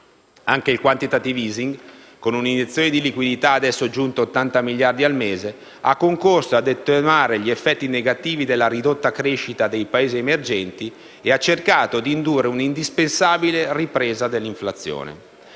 Anche il *quantitative easing*, con una iniezione di liquidità adesso giunta a 80 miliardi al mese, ha concorso ad attenuare gli effetti negativi della ridotta crescita dei Paesi emergenti ed ha cercato di indurre una indispensabile ripresa dell'inflazione.